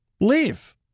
leave